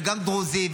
וגם דרוזי,